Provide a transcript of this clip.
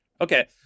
Okay